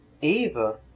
Eva